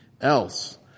else